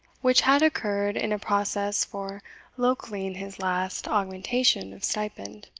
which had occurred in a process for localling his last augmentation of stipend.